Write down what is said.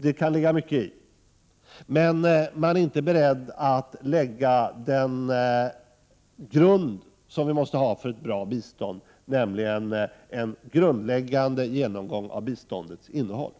det kan ligga mycket i. Men folkpartiet är inte berett att lägga den grund som vi måste ha för ett bra bistånd, nämligen en grundläggande genomgång av biståndets innehåll.